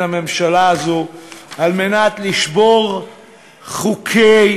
הממשלה הזו על מנת לשבור חוקי-יסוד?